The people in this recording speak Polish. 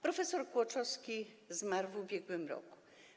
Prof. Kłoczowski zmarł w ubiegłym roku.